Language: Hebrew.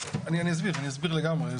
אני אסביר לגמרי,